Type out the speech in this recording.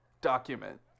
document